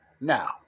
now